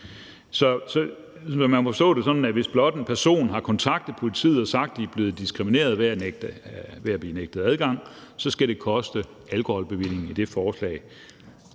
at hvis blot en person har kontaktet politiet og har sagt, at vedkommende er blevet diskrimineret ved at blive nægtet adgang, skal det koste alkoholbevillingen. Jeg